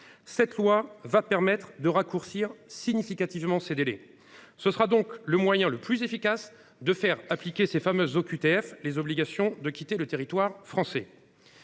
Ce texte permettra de raccourcir significativement ce délai. N’est ce pas la manière la plus efficace de faire appliquer ces fameuses OQTF, ces obligations de quitter le territoire français